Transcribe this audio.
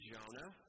Jonah